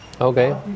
Okay